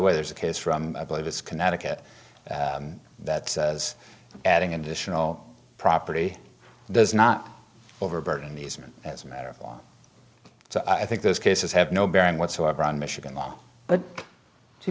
way there's a case from i believe it's connecticut that says adding additional property does not overburden these men as a matter of law so i think those cases have no bearing whatsoever on michigan law but to